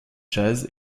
jazz